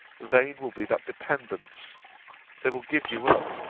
vain will be that dependence they will give you up,